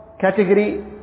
category